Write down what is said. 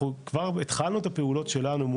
אנחנו כבר התחלנו את הפעולות שלנו,